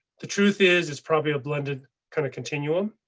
the truth is, is probably a blended kind of continuum.